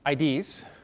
IDs